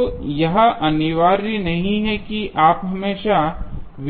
तो यह अनिवार्य नहीं है कि आप हमेशा